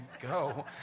go